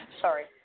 Sorry